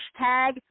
hashtag